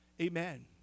Amen